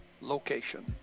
location